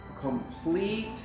complete